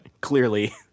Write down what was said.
clearly